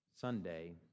Sunday